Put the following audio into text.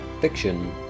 fiction